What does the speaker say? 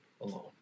alone